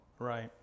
Right